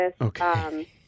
Okay